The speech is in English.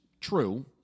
true